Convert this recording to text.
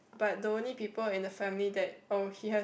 but the only people in the family that oh he has